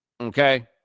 okay